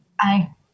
Aye